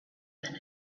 than